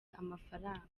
amafaranga